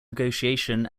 negotiation